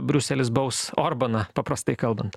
briuselis baus orbaną paprastai kalbant